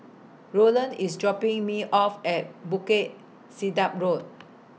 Roland IS dropping Me off At Bukit Sedap Road